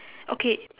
okay